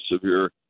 severe